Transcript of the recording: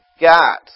got